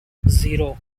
zero